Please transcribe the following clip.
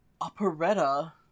operetta